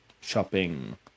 shopping